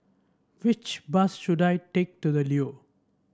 which bus should I take to The Leo